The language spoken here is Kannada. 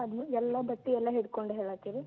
ಅದನ್ನು ಎಲ್ಲ ಬಟ್ಟೆ ಎಲ್ಲ ಹಿಡ್ಕೊಂಡು ಹೇಳತೀರಿ